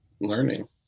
learning